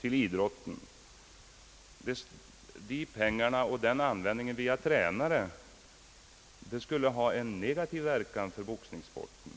till idrotten, skulle ha en negativ verkan för boxningssporten.